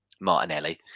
Martinelli